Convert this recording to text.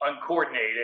uncoordinated